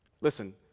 Listen